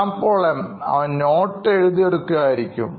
Shyam Paul M അവൻ notes എഴുതി എടുക്കുക ആയിരിക്കും